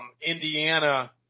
Indiana